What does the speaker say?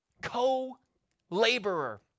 Co-laborer